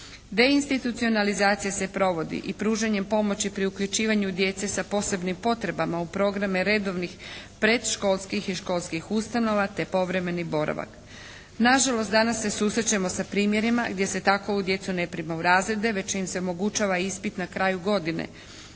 Deinstitucionalizacija se provodi i pružanjem pomoći pri uključivanju djece sa posebnih potrebama u programe redovnih predškolskih i školskih ustanova te povremeni boravak. Nažalost danas se susrećemo sa primjerima gdje se takovu djecu ne prima u razrede već im se omogućava ispit na kraju godine.